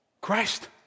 Christ